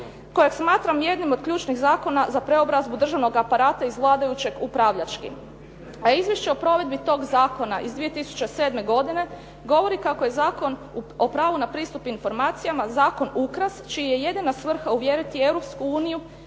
kojeg smatram jednim od ključnih zakona za preobrazbu državnog aparata iz vladajućeg upravljačkim. A Izvješće o provedbi tog zakona iz 2007. godine govori kako je Zakon o pravu na pristup informacijama zakon ukras čija je jedina svrha uvjeriti